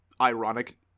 ironic